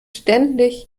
ständig